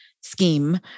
scheme